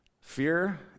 Fear